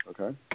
Okay